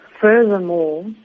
Furthermore